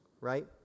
right